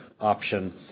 option